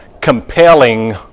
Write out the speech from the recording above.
compelling